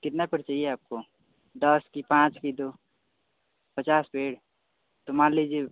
कितना पेड़ चाहिए आपको दस कि पाँच कि दो पचास पेड़ तो मान लीजिए